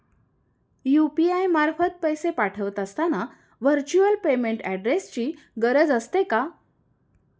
UPI मार्फत पैसे पाठवत असताना व्हर्च्युअल पेमेंट ऍड्रेसची गरज असते का?